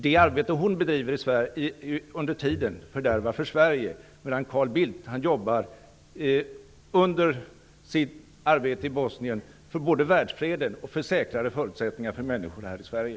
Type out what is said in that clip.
Det arbete hon bedriver under tiden fördärvar för Sverige, medan Carl Bildt under sitt arbete i Bosnien jobbar för både världsfreden och säkrare förutsättningar för människorna här i Sverige.